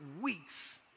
weeks